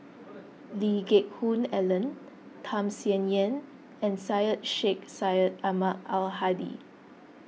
Lee Geck Hoon Ellen Tham Sien Yen and Syed Sheikh Syed Ahmad Al Hadi